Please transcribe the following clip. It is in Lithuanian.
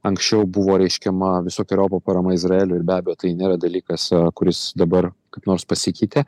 anksčiau buvo reiškiama visokeriopa parama izraeliui ir be abejo tai nėra dalykas kuris dabar kaip nors pasikeitė